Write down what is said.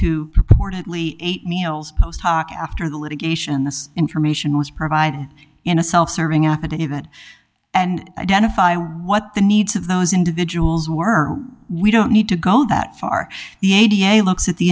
who purportedly ate meals post hoc after the litigation the information was provided in a self serving affidavit and identify what the needs of those individuals were we don't need to go that far the a t a i looks at the